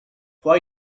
why